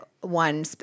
one